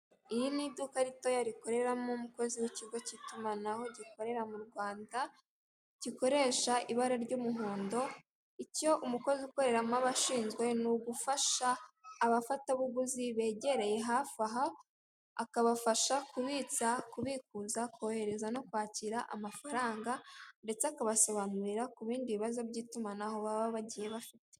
Iri ni iduka ritoya rikoreramo umukozi w'ikigo cy'itumanaho gikorera mu Rwanda gikoresha ibara ry'umuhondo icyo umukozi ukoramo aba ashinzwe ni ugufasha abafatabuguzi baba bari hafaha akabafasha kubitsa, kubikuza, kohereza no kwakira amafaranga ndetse akabasobanurira ku bindi bibazo by'itumanaho baba bafite.